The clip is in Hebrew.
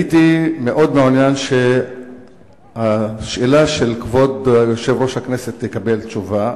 הייתי מאוד מעוניין שהשאלה של כבוד יושב-ראש הכנסת תקבל תשובה,